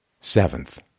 seventh